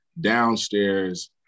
downstairs